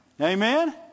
Amen